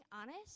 honest